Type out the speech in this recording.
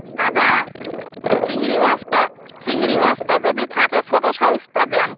দাদা চিংড়ি মাছটা চিংড়ি মাছটা যদি থাকে ছোটো সাইজটা দেন